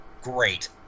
great